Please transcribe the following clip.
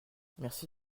merci